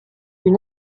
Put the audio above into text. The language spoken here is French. une